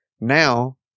Now